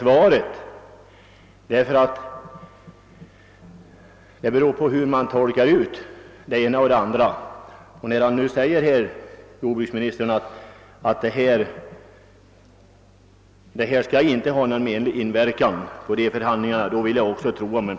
Det gäller nämligen i hög grad en tolkningsfråga, och när jordbruksministern nu säger att prisstoppet inte skall ha någon menlig inverkan på förhandlingarna tror jag honom på hans ord.